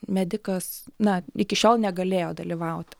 medikas na iki šiol negalėjo dalyvauti